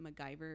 MacGyver